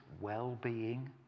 well-being